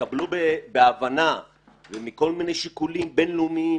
יקבלו בהבנה כל מיני שיקולים בינלאומיים,